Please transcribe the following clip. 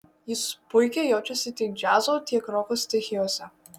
jis puikiai jaučiasi tiek džiazo tiek roko stichijose